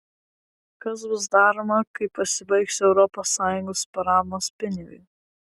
kas bus daroma kai pasibaigs europos sąjungos paramos pinigai